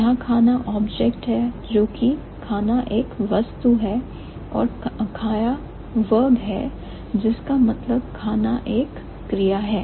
यहां खाना ऑब्जेक्ट है जो कि खाना एक वस्तु है और खाना verb है जिसका मतलब खाना एक क्रिया है